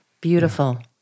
Beautiful